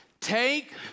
take